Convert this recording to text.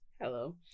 hello